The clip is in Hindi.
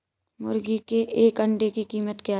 मुर्गी के एक अंडे की कीमत क्या है?